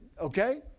okay